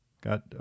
Got